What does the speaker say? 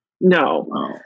No